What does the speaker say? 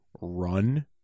run